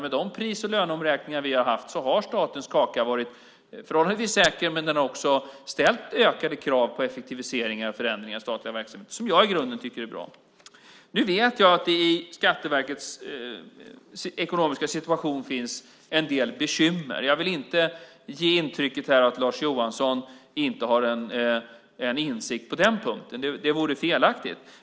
Med de pris och löneomräkningar vi haft har statens kaka varit förhållandevis säker men också ställt ökade krav på effektiviseringar och förändringar i statliga verksamheter, något som jag i grunden tycker är bra. Nu vet jag att Skatteverkets ekonomiska situation innebär en del bekymmer. Jag vill inte här ge intrycket att Lars Johansson inte har en insikt på den punkten. Det vore felaktigt.